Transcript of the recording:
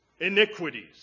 iniquities